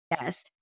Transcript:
Yes